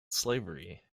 slavery